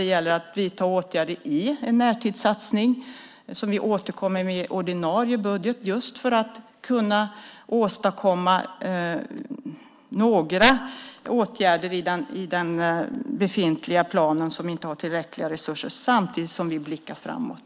gäller att vidta åtgärder i form av en närtidssatsning, som vi återkommer med i ordinarie budget, för att kunna genomföra några åtgärder enligt den befintliga planen som inte har tillräckliga resurser, samtidigt som vi blickar framåt.